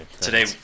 Today